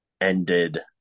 ended